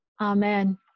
Amen